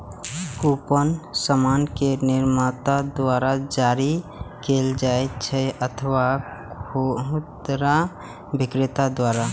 coupon सामान के निर्माता द्वारा जारी कैल जाइ छै अथवा खुदरा बिक्रेता द्वारा